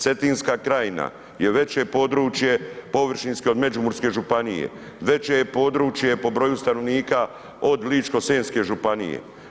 Cetinska krajina je veće područje površinski od Međimurske županije, veće je područje po broju stanovnika od Ličko-senjske županije.